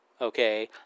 okay